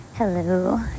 Hello